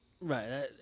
Right